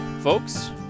Folks